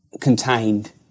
contained